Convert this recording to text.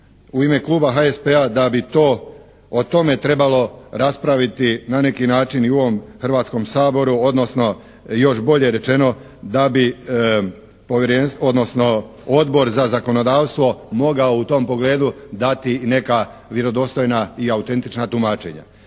u ime kluba HSP-a da bi o tome trebalo raspraviti na neki način i u ovom Hrvatskom saboru, odnosno još bolje rečeno da bi povjerenstvo odnosno Odbor za zakonodavstvo mogao u tom pogledu dati i neka vjerodostojna i autentična tumačenja.